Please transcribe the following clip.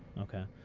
ok,